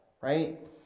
right